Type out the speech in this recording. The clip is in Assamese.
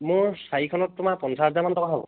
মোৰ চাৰিখনত তোমাৰ পঞ্চাজ হাজাৰমান টকা হ'ব